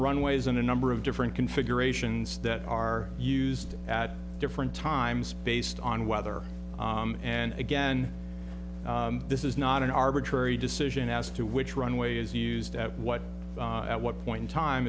runways and a number of different configurations that are used at different times based on weather and again this is not an arbitrary decision as to which runway is used at what at what point in time